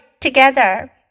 together